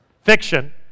Fiction